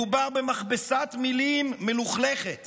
מדובר במכבסת מילים מלוכלכת